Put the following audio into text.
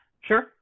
Sure